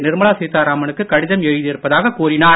நிர்மலா சீத்தாராமனுக்கு கடிதம் எழுதியிருப்பதாக கூறினார்